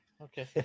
Okay